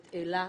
את אלה,